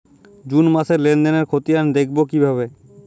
June মাসের লেনদেনের খতিয়ান দেখবো কিভাবে?